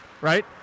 right